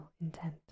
intent